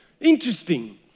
Interesting